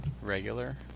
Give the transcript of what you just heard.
regular